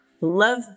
Love